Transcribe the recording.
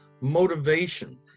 motivation